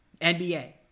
NBA